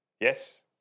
Yes